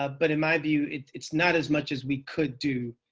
ah but in my view, it's not as much as we could do.